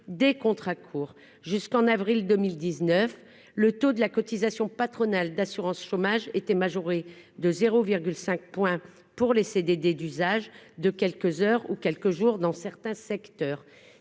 des contrats courts. Jusqu'en avril 2019, le taux de la cotisation patronale d'assurance chômage était majoré de 0,5 point pour les CDD d'usage de quelques heures ou jours dans certains secteurs.